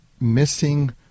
missing